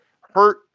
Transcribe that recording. hurt